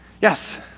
Yes